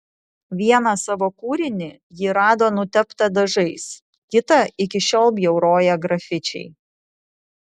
vieną savo kūrinį ji rado nuteptą dažais kitą iki šiol bjauroja grafičiai